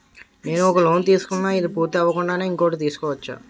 నేను ఒక లోన్ తీసుకున్న, ఇది పూర్తి అవ్వకుండానే ఇంకోటి తీసుకోవచ్చా?